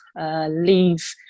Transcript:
leave